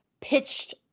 pitched